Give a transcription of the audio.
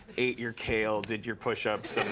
ate your kale, did your push-ups,